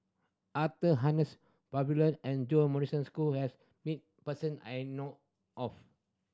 Arthur Harness and Jo Marion school has meet person I know of